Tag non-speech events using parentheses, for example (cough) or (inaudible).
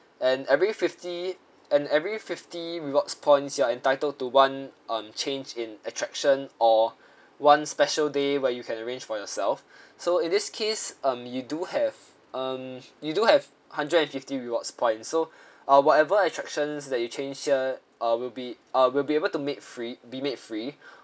and every fifty and every fifty rewards points you are entitled to one um change in attraction or one special day where you can arrange for yourself (breath) so in this case um you do have um you do have hundred and fifty rewards points so uh whatever attractions that you change here uh will be uh will be able to make free be made free